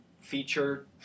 Feature